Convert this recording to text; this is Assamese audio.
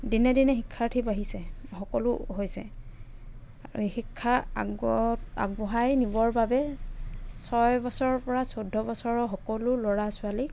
দিনে দিনে শিক্ষাৰ্থী বাঢ়িছে সকলো হৈছে আৰু শিক্ষা আগত আগবঢ়াই নিবৰ বাবে ছয় বছৰৰ পৰা চৈধ্য বছৰৰ সকলো ল'ৰা ছোৱালীক